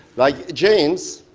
like james,